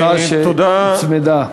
הצעה שהוצמדה.